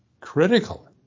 Critical